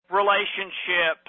relationship